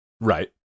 Right